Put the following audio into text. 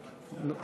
לא,